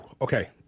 Okay